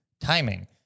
timing